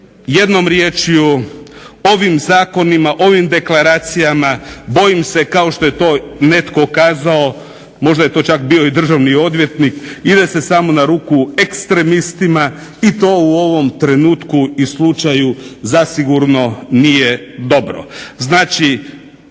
Jednom riječju ovim zakonima, ovim deklaracijama bojim se kao što je to netko kazao možda je to čak bio i državni odvjetnik ide se samo na ruku ekstremistima i to u ovom trenutku i slučaju zasigurno nije dobro. Znači,